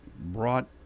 brought